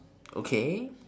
okay